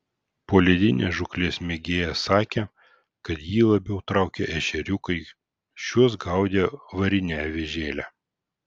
poledinės žūklės mėgėjas sakė kad jį labiau traukia ešeriukai šiuos gaudė varine avižėle